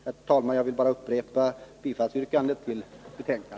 Herr talman! Jag upprepar mitt yrkande om bifall till utskottets hemställan.